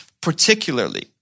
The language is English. particularly